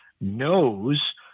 knows